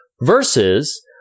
Versus